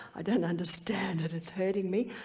i don't understand it it's hurting me,